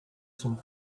some